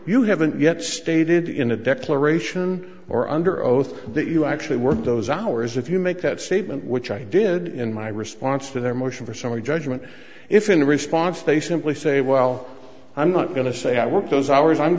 you haven't yet stated in a declaration or under oath that you actually work those hours if you make that statement which i did in my response to their motion for summary judgment if in response they simply say well i'm not going to say i worked those hours i'm